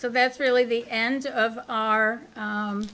so that's really the end of our